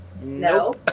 No